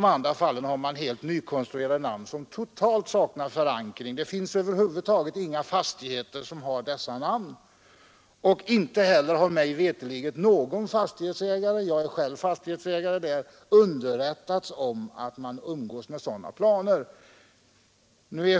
båda övriga får helt nykonstruerade namn som totalt saknar förankring i bygden — det finns över huvud taget inga fastigheter som har dessa namn. Mig veterligt har inte heller någon fastighetsägare — jag är själv fastighetsägare där — underrättats om att man umgås med dessa planer.